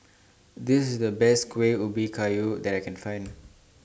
This IS The Best Kuih Ubi Kayu that I Can Find